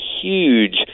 huge